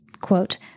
quote